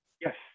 Yes